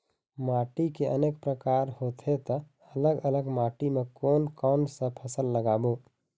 माटी के अनेक प्रकार होथे ता अलग अलग माटी मा कोन कौन सा फसल लगाबो?